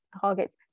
targets